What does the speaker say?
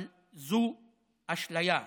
אבל זו אשליה,